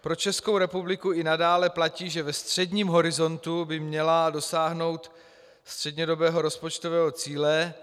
Pro Českou republiku i nadále platí, že ve středním horizontu by měla dosáhnout střednědobého rozpočtového cíle.